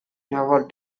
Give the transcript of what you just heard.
never